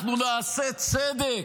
אנחנו נעשה צדק.